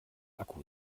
akku